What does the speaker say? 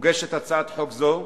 מוגשת הצעת חוק זו